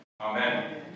Amen